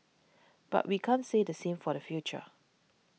but we can't say the same for the future